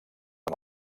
amb